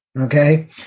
Okay